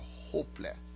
hopeless